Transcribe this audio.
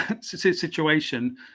situation